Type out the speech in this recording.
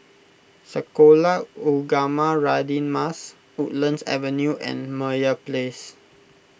Sekolah Ugama Radin Mas Woodlands Avenue and Meyer Place